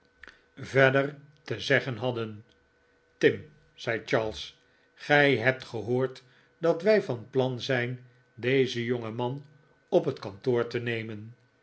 der te zeggen hadden tim zei charles gij hebt gehoord dat wij van plan zijn dezen jongeman op het kantoor te nemen